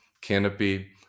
Canopy